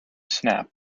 snapped